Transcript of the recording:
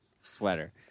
sweater